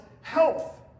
health